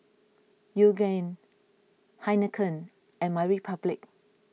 Yoogane Heinekein and My Republic